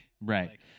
Right